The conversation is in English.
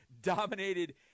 dominated